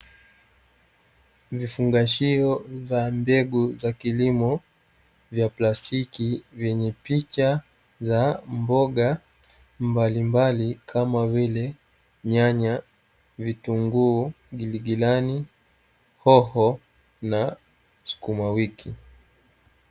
Vifungashio vya mbegu za kulimo vya plastiki vyenye picha za mboga mbalimbali, kama vile: nyanya, vitunguu, giligilani, hoho na sukuma wiki.